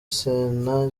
sena